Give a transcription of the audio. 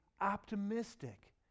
optimistic